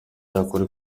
yakora